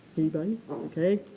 anybody, okay?